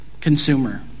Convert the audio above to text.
consumer